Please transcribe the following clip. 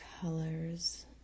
colors